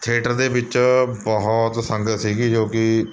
theatre ਦੇ ਵਿੱਚ ਬਹੁਤ ਸੰਗਤ ਸੀਗੀ ਜੋ ਕਿ